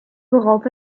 worauf